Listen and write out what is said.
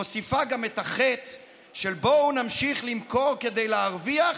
מוסיפה גם את החטא של: בואו נמשיך למכור כדי להרוויח,